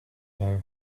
know